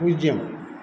பூஜ்ஜியம்